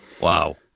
Wow